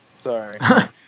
Sorry